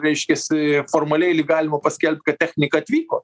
reiškiasi formaliai lyg galima paskelbt kad technika atvyko